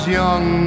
young